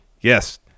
yes